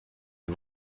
les